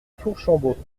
fourchambault